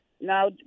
Now